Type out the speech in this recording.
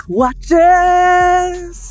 watches